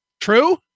True